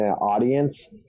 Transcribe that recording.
audience